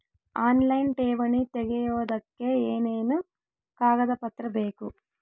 Online ಠೇವಣಿ ತೆಗಿಯೋದಕ್ಕೆ ಏನೇನು ಕಾಗದಪತ್ರ ಬೇಕು?